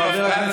חברי,